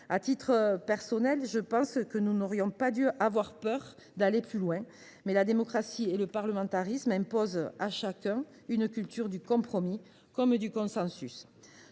À titre personnel, je considère que nous n’aurions pas dû avoir peur d’aller plus loin, mais la démocratie et le parlementarisme imposent à chacun une culture du compromis comme du consensus.